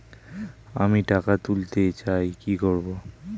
আমি টাকা তুলতে চাই কি করব?